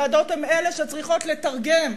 הוועדות הן שצריכות לתרגם